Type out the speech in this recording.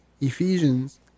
Ephesians